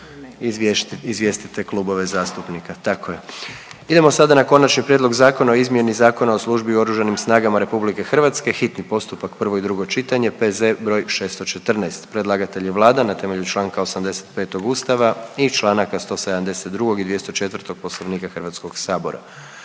**Reiner, Željko (HDZ)** Idemo sada na - Konačni prijedlog zakona o izmjeni Zakona o službi u Oružanim snagama Republike Hrvatske, hitni postupak, prvo i drugo čitanje, P.Z. br. 614. Predlagatelj je Vlada ne temelju članka 85. Ustava i članaka 172. i 204. Poslovnika Hrvatskog sabora.